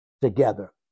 together